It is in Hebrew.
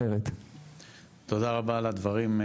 תודה רבה על הדברים,